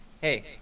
hey